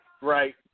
Right